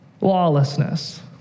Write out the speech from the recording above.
lawlessness